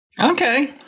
Okay